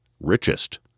richest